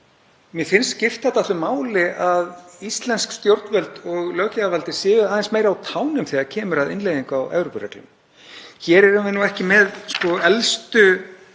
mér finnst skipta máli að íslensk stjórnvöld og löggjafarvaldið séu aðeins meira á tánum þegar kemur að innleiðingu á Evrópureglum. Hér erum við ekki með elstu